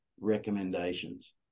recommendations